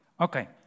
Okay